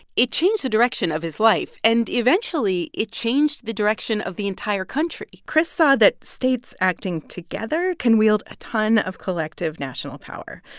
it changed the direction of his life. and eventually it changed the direction of the entire country chris saw that states acting together can wield a ton of collective national power,